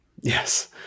Yes